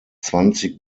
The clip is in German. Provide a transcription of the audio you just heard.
zwanzig